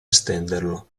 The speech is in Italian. estenderlo